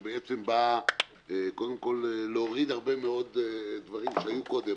שבעצם באה קודם כל להוריד הרבה מאוד דברים שהיו קודם,